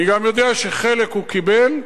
אני גם יודע שחלק הוא קיבל.